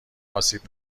آسیب